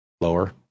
lower